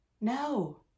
no